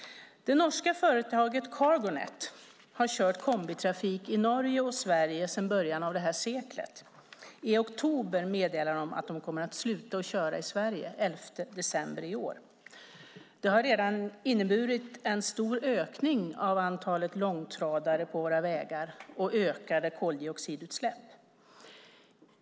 Det norska företaget Cargo Net har kört kombitrafik i Norge och Sverige sedan början av detta sekel. I oktober meddelade företaget att man kommer att sluta att köra i Sverige den 11 december i år. Det har redan inneburit en stor ökning av antalet långtradare på våra vägar och ökade koldioxidutsläpp.